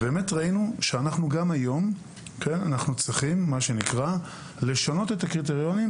ראינו שגם היום אנחנו צריכים לשנות את הקריטריונים